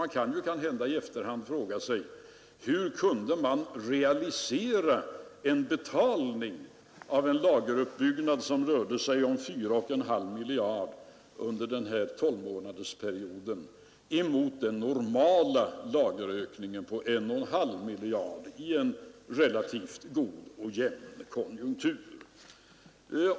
Man kan måhända i efterhand fråga sig: Hur kunde industrin realisera en betalning av en lageruppbyggnad som rörde sig om 4 1 2 miljard under en relativt god och jämn konjunktur?